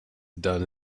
done